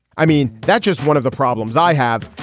i mean that's just one of the problems i have.